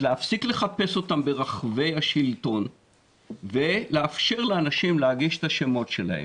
אז להפסיק לחפש אותם ברחבי השלטון ולאפשר לאנשים להגיש את השמות שלהם.